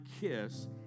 kiss